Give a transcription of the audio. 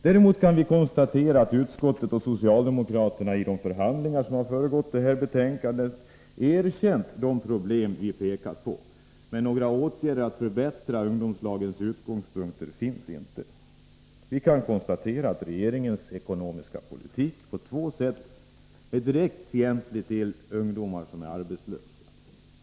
Däremot kan vi konstatera att utskottet och socialdemokraterna i de förhandlingar som har föregått detta betänkande erkänt de problem vi pekat på, men några åtgärder att förbättra ungdomslagens utgångspunkter finns inte. Vi kan konstatera att regeringens ekonomiska politik på två sätt är direkt fientlig till ungdomar som är arbetslösa.